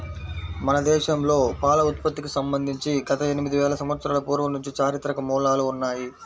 మన దేశంలో పాల ఉత్పత్తికి సంబంధించి గత ఎనిమిది వేల సంవత్సరాల పూర్వం నుంచి చారిత్రక మూలాలు ఉన్నాయి